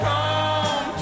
Come